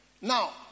Now